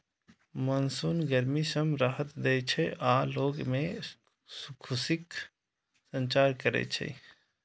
monsoon गर्मी सं राहत दै छै आ लोग मे खुशीक संचार करै छै